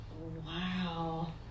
Wow